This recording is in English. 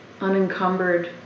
unencumbered